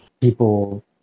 people